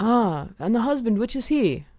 ah and the husband? which is he?